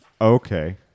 Okay